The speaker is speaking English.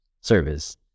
service